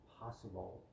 possible